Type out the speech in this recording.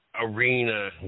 arena